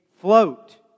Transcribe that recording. Float